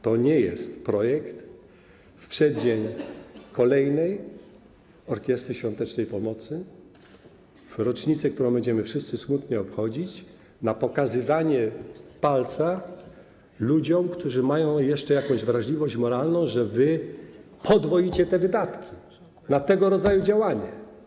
To nie jest czas, w przeddzień kolejnego finału orkiestry świątecznej pomocy, w rocznicę, którą będziemy wszyscy smutnie obchodzić, na pokazywanie palca ludziom, którzy mają jeszcze jakąś wrażliwość moralną, na podwajanie wydatków na tego rodzaju działania.